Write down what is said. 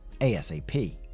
ASAP